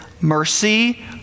mercy